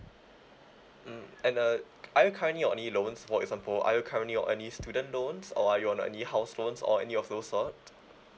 mm and uh are you currently on any loans for example are you currently on any student loans or are you on any house loans or any of those sort